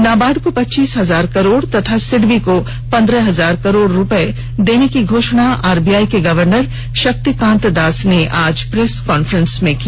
नाबार्ड को पच्चीस हजार करोड़ तथा सिडबी को पंद्रह हजार करोड़ रुपये देने की घोषणा आरबीआई के गवर्नर शक्तिकांत दास ने आज प्रेस कान्फ्रेंस में की